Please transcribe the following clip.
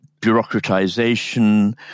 bureaucratization